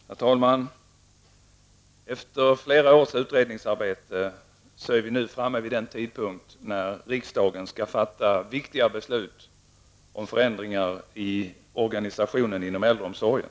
Herr talman! Efter flera års utredningsarbete är vi nu framme vid den tidpunkt när riksdagen skall fatta beslut om förändringar i organisationen inom äldreomsorgen.